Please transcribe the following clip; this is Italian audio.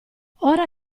ora